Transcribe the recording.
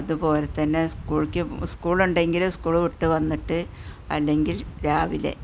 അതുപോലെ തന്നെ സ്കൂളിലേക്ക് സ്കൂളുണ്ടെങ്കിൽ സ്കൂൾ വിട്ട് വന്നിട്ട് അല്ലെങ്കിൽ രാവിലെ